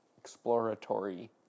exploratory